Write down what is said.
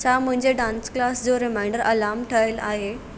छा मुंहिंजे dance class जो रिमाइंडर अलार्म ठहियलु आहे